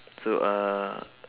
so uh